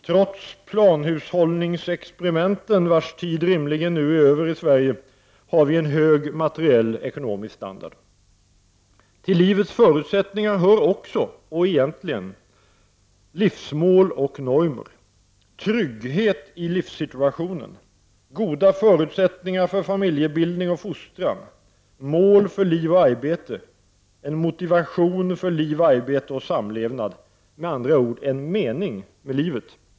Trots planhushållningsexperimenten, vars tid rimligen nu är över i Sverige, har vi en hög materiell och ekonomisk standard. Till livets förutsättningar hör också, och egentligen främst, livsmål och normer. Trygghet i livssituationen, goda förutsättningar för familjebildning och fostran, ett mål för liv och arbete, en motivation för liv, arbete och samlevnad — med andra ord, en mening med livet.